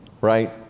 right